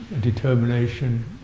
determination